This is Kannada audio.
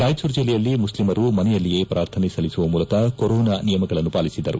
ರಾಯಚೂರು ಜಿಲ್ಲೆಯಲ್ಲಿ ಮುಸ್ಲಿಂಮರು ಮನೆಯಲ್ಲಿಯೇ ಪ್ರಾರ್ಥನೆ ಸಲ್ಲಿಸುವ ಮೂಲಕ ಕೊರೋನಾ ನಿಯಮಗಳನ್ನು ಪಾಲಿಸಿದರು